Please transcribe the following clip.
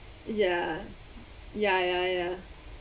ya ya ya ya